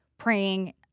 praying